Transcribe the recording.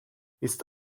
ist